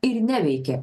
ir neveikė